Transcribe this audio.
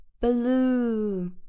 blue